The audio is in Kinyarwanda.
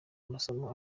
amasomo